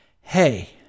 hey